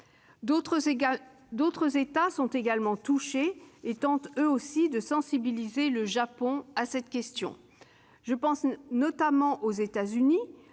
D'autres États sont touchés et tentent, eux aussi, de sensibiliser le Japon à cette question. Je pense notamment aux États-Unis,